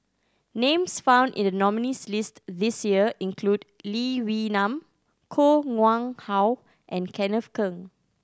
names found in the nominees' list this year include Lee Wee Nam Koh Nguang How and Kenneth Keng